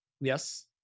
Yes